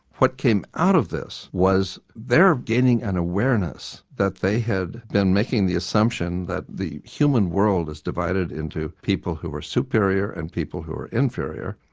what came out of this was they're gaining an awareness that they had been making the assumption that the human world is divided into people who were superior and people who were inferior,